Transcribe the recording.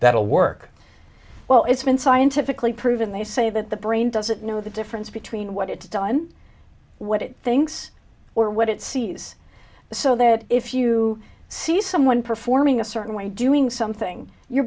will work well it's been scientifically proven they say that the brain doesn't know the difference between what it's done what it thinks or what it sees so that if you see someone performing a certain way doing something you